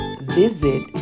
Visit